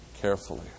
carefully